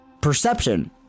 perception